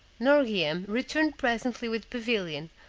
nourgiham returned presently with pavilion,